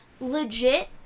legit